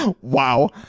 Wow